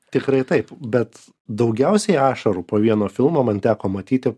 tikrai taip bet daugiausiai ašarų po vieno filmo man teko matyti